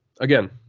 again